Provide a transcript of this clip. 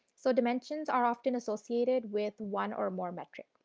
so dimensions are often associated with one or more metric.